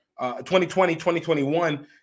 2020-2021